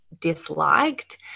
disliked